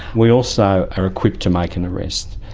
we also are equipped to make an arrest.